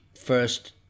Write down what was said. first